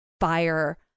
fire